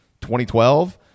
2012